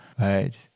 right